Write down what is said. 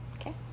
Okay